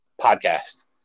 podcast